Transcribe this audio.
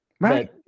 right